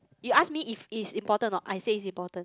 you ask me if it is important or not I say is important